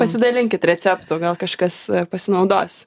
pasidalinkit receptu gal kažkas pasinaudos